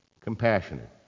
compassionate